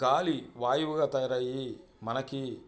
గాలి వాయువుగా తయారయ్యి మనకి